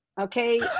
Okay